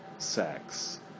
Sex